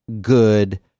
good